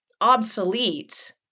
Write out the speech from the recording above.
obsolete